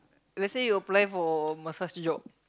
let's say you apply for massage job